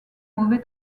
mauvais